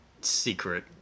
Secret